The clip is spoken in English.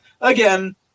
again